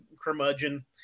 curmudgeon